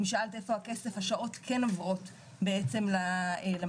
אם שאלת איפה הכסף אז השעות כן עוברות בעצם למתי"אות.